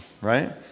right